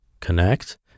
connect